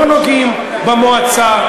לא נוגעים במועצה,